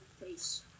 face